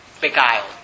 beguiled